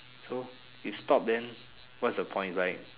so you stop then what's the point is like